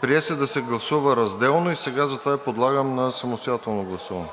Прие се да се гласува разделно и сега затова я подлагам на самостоятелно гласуване.